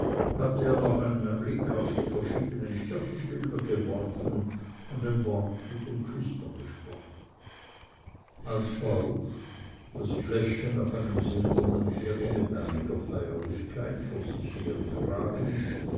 hatte er noch einen blick auf die verschiedenen kirchenbilder geworfen und ein wort mit dem küster gesprochen als fausch das fläschchen auf einem silbernen teller mit einiger feierlichkeit vor sich hertragend